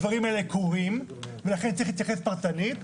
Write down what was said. הדברים האלה קורים ולכן צריך להתייחס פרטנית.